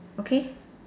okay